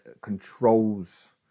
controls